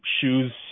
shoes